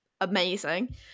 amazing